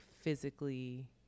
physically